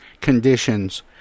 conditions